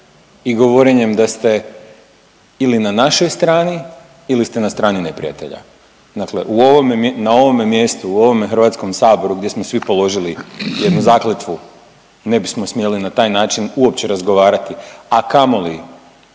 i govorenjem da ste ili na našoj strani ili ste na strani neprijatelja. Dakle, u ovome, na ovome mjestu u ovome Hrvatskom saboru gdje smo svi položili jednu zakletvu ne bismo smjeli na taj način uopće razgovarati, a kamoli